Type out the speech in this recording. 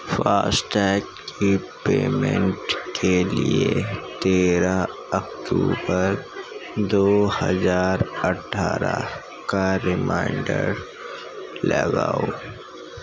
FASTag کی payment کے لیے تیرہ اکتوبر دو ہزار اٹھارہ کا ریمائنڈر لگاؤ